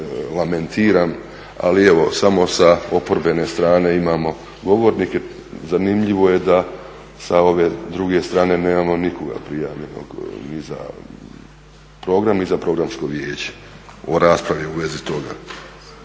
lamentiram, ali evo samo sa oporbene strane imamo govornike. Zanimljivo je da sa ove druge strane nemamo nikoga prijavljenog, ni za program, ni za Programsko vijeće o raspravi u vezi toga.